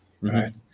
right